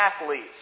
athletes